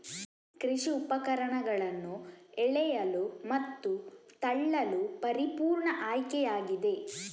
ಕೃಷಿ ಉಪಕರಣಗಳನ್ನು ಎಳೆಯಲು ಮತ್ತು ತಳ್ಳಲು ಪರಿಪೂರ್ಣ ಆಯ್ಕೆಯಾಗಿದೆ